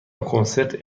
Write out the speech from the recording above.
کنسرت